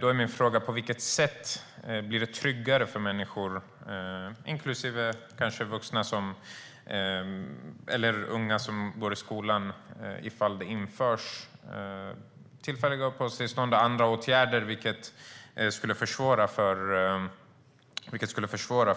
Då blir min fråga: På vilket sätt blir det tryggare för människor, kanske inklusive unga som går i skolan, ifall tillfälliga uppehållstillstånd och andra åtgärder, som enligt mig skulle försvåra